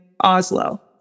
Oslo